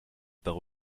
par